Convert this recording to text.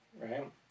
right